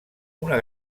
una